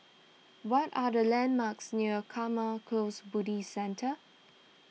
what are the landmarks near Karma Close Buddhist Centre